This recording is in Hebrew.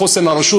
חוסן הרשות,